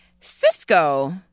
Cisco